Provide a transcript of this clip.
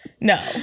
No